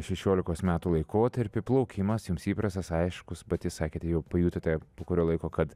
šešiolikos metų laikotarpį plaukimas jums įprastas aiškus pati sakėte jau pajutote po kurio laiko kad